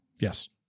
Yes